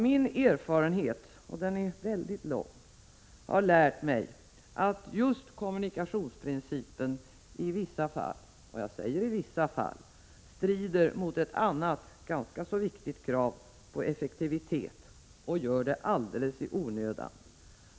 Min erfarenhet har nämligen lärt mig att just kommunikationsprincipen i vissa fall strider mot ett annat viktigt krav, nämligen kravet på effektivitet, och detta alldeles i onödan.